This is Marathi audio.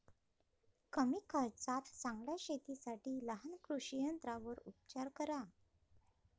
कमी खर्चात चांगल्या शेतीसाठी लहान कृषी यंत्रांवर उपचार करा